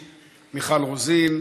ישראל אייכלר וכן הלאה,